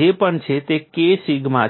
જે પણ છે તે K સિગ્મા છે